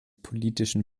politischen